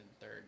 third